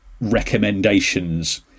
recommendations